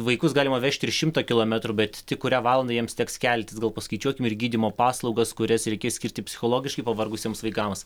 vaikus galima vežt ir šimtą kilometrų bet tik kurią valandą jiems teks keltis gal paskaičiuokim ir gydymo paslaugas kurias reikės skirti psichologiškai pavargusiems vaikams